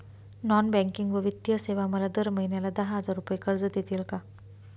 Non banking व वित्तीय सेवा मला दर महिन्याला दहा हजार रुपये कर्ज देतील का?